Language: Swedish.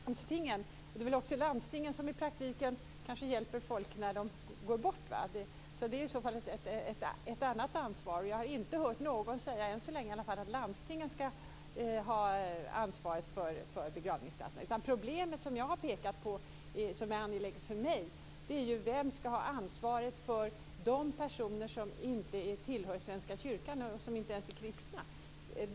Fru talman! Då vill jag säga att det faktiskt inte är kommunerna som hjälper folk att födas, utan det är landstingen. Det är också landstingen som i praktiken kanske hjälper folk när de går bort. Det är i så fall ett annat ansvar. Jag har i alla fall inte än så länge hört någon säga att landstingen skall ha ansvaret för begravningsplatserna. Problemet som jag har pekat på och som jag tycker är angeläget är vem som skall ha ansvaret för de personer som inte tillhör Svenska kyrkan och som inte ens är kristna.